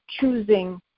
choosing